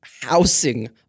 housing